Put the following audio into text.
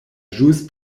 ĵus